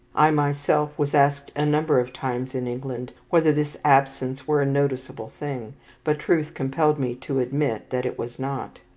i myself was asked a number of times in england whether this absence were a noticeable thing but truth compelled me to admit that it was not.